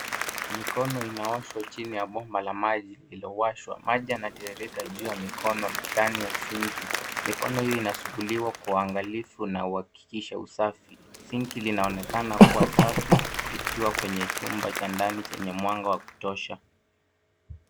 Mikono inaoshwa chini ya bomba la maji lililo washwa. Maji yanatiririka juu ya mikono ndani ya [cs ] sinki[cs ]. Mikono hiyo inasuguliwa kwa uangalifu na kuhakikisha usafi. [cs ] Sinki [cs ] linaonekana kuwa safi ikiwa kwenye chumba cha ndani chenye mwanga wa kutosha.